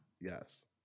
Yes